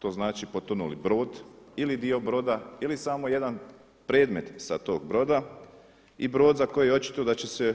To znači potonuli brod ili dio broda ili samo jedan predmet sa tog broda i brod za koji očito da će se